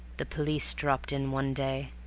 the police dropped in one day,